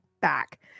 back